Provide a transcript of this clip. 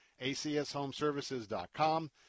acshomeservices.com